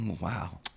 Wow